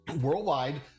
worldwide